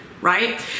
right